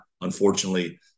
unfortunately